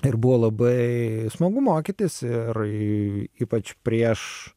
ir buvo labai smagu mokytis ir ypač prieš